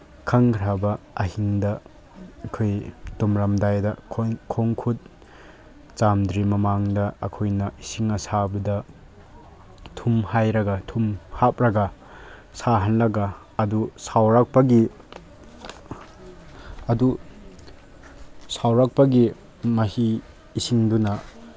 ꯈꯪꯈ꯭ꯔꯕ ꯑꯍꯤꯡꯗ ꯑꯩꯈꯣꯏ ꯇꯨꯝꯂꯝꯗꯥꯏꯗ ꯈꯣꯡ ꯈꯨꯠ ꯆꯥꯝꯗ꯭ꯔꯤ ꯃꯃꯥꯡꯗ ꯑꯩꯈꯣꯏꯅ ꯏꯁꯤꯡ ꯑꯁꯥꯕꯗ ꯊꯨꯝ ꯍꯩꯔꯒ ꯊꯨꯝ ꯍꯥꯞꯂꯒ ꯁꯥꯍꯜꯂꯒ ꯑꯗꯨ ꯁꯧꯔꯛꯄꯒꯤ ꯑꯗꯨ ꯁꯧꯔꯛꯄꯒꯤ ꯃꯍꯤ ꯏꯁꯤꯡꯗꯨꯅ